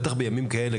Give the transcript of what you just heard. בטח בימים כאלה,